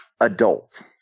adult